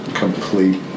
complete